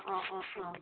অঁ অঁ অঁ